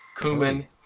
cumin